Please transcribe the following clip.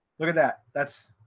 look at that. that's,